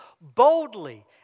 Boldly